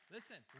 Listen